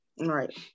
Right